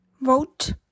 vote